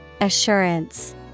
Assurance